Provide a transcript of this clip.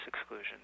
exclusion